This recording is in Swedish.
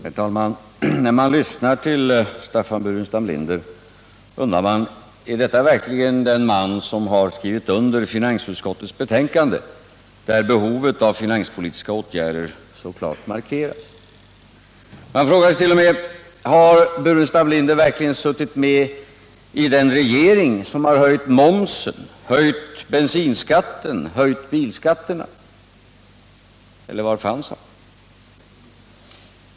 Herr talman! När jag lyssnar på Staffan Burenstam Linder undrar jag om det verkligen är den mannen som varit med om att utforma finansutskottets betänkande, där behovet av finanspolitiska åtgärder så klart markeras. Jag frågar mig t.o.m. om Staffan Burenstam Linder verkligen har suttit med i den regering som har höjt momsen, bensinskatten och bilskatterna — eller var fanns han?